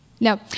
No